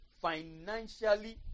financially